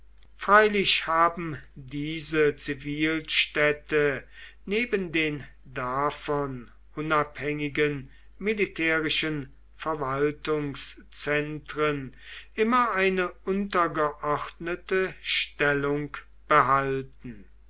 freilich haben diese zivilstädte neben den davon unabhängigen militärischen verwaltungszentren immer eine untergeordnete stellung behalten